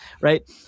Right